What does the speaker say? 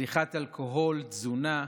צריכת אלכוהול, תזונה,